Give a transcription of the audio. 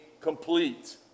complete